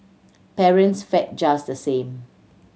parents fared just the same